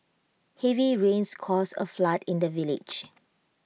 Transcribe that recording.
heavy rains caused A flood in the village